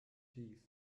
tief